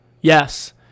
Yes